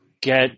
get